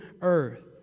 earth